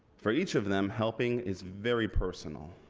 for each of them helping is very personal.